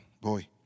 boy